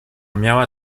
miała